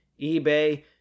eBay